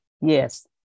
Yes